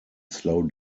slow